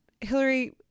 Hillary